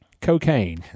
Cocaine